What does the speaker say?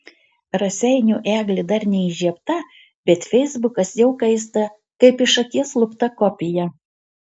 raseinių eglė dar neįžiebta bet feisbukas jau kaista kaip iš akies lupta kopija